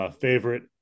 favorite